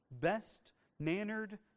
best-mannered